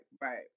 right